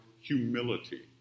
humility